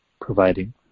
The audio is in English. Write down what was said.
providing